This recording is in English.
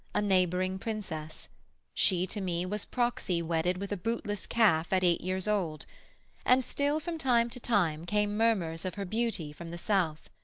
a neighbouring princess she to me was proxy-wedded with a bootless calf at eight years old and still from time to time came murmurs of her beauty from the south,